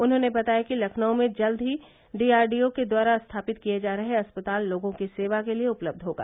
उन्होंने बताया कि लखनऊ में जल्द ही डीआरडीओ के द्वारा स्थापित किये जा रहे अस्पताल लोगों की सेवा के लिये उपलब्ध होगा